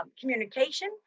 communication